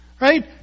Right